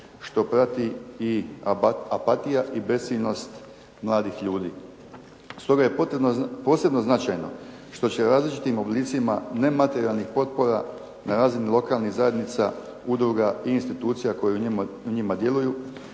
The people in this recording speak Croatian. što prati i apatija i besciljnost mladih ljudi. Stoga je potrebno posebno značajno što će različitim oblicima nematerijalnih potpora na razini lokalnih zajednica, udruga i institucija koje u njima djeluju